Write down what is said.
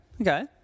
Okay